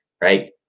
right